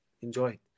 enjoy